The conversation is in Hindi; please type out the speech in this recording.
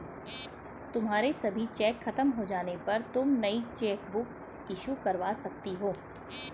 तुम्हारे सभी चेक खत्म हो जाने पर तुम नई चेकबुक इशू करवा सकती हो